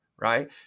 right